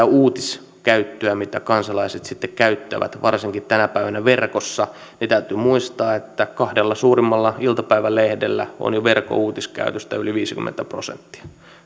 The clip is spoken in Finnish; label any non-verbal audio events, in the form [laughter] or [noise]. [unintelligible] uutiskäyttöä mitä kansalaiset sitten käyttävät varsinkin tänä päivänä verkossa niin täytyy muistaa että kahdella suurimmalla iltapäivälehdellä on jo verkkouutiskäytöstä yli viisikymmentä prosenttia